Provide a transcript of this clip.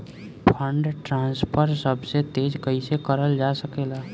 Fund transfer सबसे तेज कइसे करल जा सकेला?